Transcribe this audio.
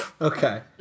okay